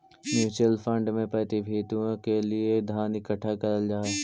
mutual fund में प्रतिभूतियों के लिए धन इकट्ठा करल जा हई